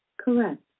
Correct